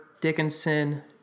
Dickinson